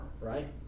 right